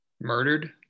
Murdered